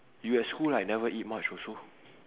you at school like never eat much also